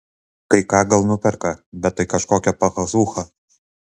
kai ką gal nuperka bet tai kažkokia pakazūcha